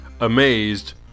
Amazed